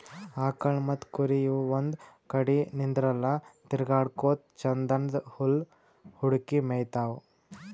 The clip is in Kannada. ಆಕಳ್ ಮತ್ತ್ ಕುರಿ ಇವ್ ಒಂದ್ ಕಡಿ ನಿಂದ್ರಲ್ಲಾ ತಿರ್ಗಾಡಕೋತ್ ಛಂದನ್ದ್ ಹುಲ್ಲ್ ಹುಡುಕಿ ಮೇಯ್ತಾವ್